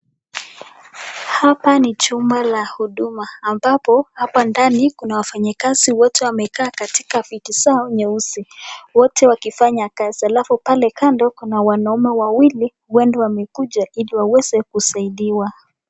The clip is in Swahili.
Hapa ni jumba la huduma, ambapo hapa ndani kuna wafanyikazi wote wamekaa katika viti zao nyeusi, wote wakifanya kazi alafu pale kando kuna wanaume wawili ueda wamekuja ili waweze kusaidiwa.